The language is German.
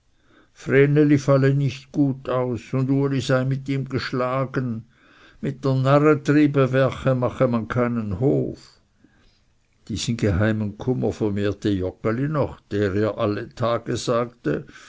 nicht gut aus und uli sei mit ihm geschlagen mit dr narre trybe werche man keinen hof diesen geheimen kummer vermehrte joggeli noch der ihr alle tage sagte